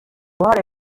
uruhare